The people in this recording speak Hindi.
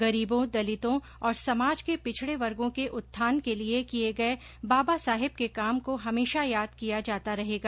गरीबों दलितों और समाज के पिछडे वर्गो के उत्थान के लिये किये गये बाबा साहेब के काम को हमेशा याद किया जाता रहेगा